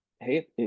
Hey